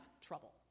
trouble